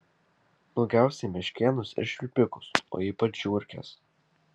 daugiausiai meškėnus ir švilpikus o ypač žiurkes